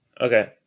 Okay